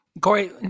Corey